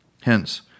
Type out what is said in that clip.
Hence